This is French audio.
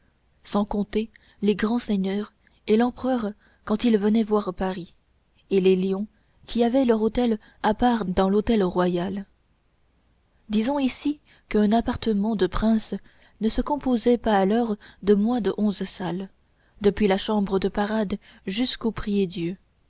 sans compter les grands seigneurs et l'empereur quand il venait voir paris et les lions qui avaient leur hôtel à part dans l'hôtel royal disons ici qu'un appartement de prince ne se composait pas alors de moins de onze salles depuis la chambre de parade jusqu'au